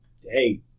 hey